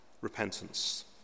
repentance